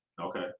Okay